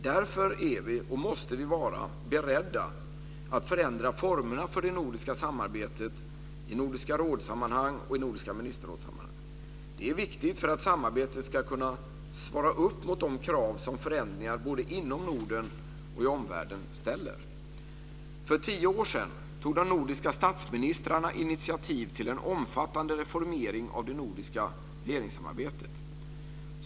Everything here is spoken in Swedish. Därför är vi, och måste vi vara, beredda att förändra formerna för det nordiska samarbetet i Nordiska rådet och Nordiska ministerrådet. Det är viktigt för att samarbetet ska svara upp mot de krav som ställs på förändringar både inom Norden och i omvärlden. För tio år sedan tog de nordiska statsministrarna initiativ till en omfattande reformering av det nordiska regeringssamarbetet.